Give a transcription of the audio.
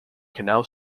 canal